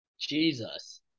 Jesus